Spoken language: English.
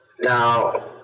Now